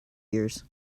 years